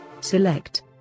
Select